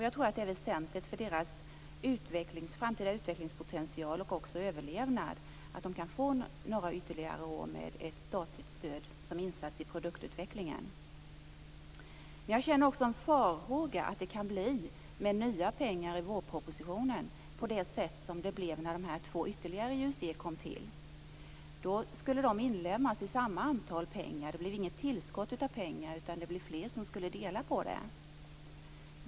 Jag tror att det är väsentligt för deras framtida utvecklingspotential och också för deras överlevnad att de kan få ytterligare några år med statligt stöd som insats i produktutvecklingen. Jag hyser farhågor för att det med nya pengar i vårpropositionen kan bli som det blev när ytterligare två IUC kom till. De skulle inlemmas i samma antal pengar så att säga. Det blev inget tillskott av pengar, utan det blev fler som skulle dela på pengarna.